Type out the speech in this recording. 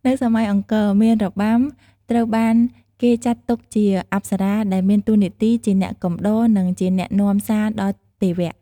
នៅសម័យអង្គរ អ្នករបាំត្រូវបានគេចាត់ទុកជា អប្សរា ដែលមានតួនាទីជាអ្នកកំដរ និងជាអ្នកនាំសារដល់ទេវៈ។